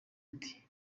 ati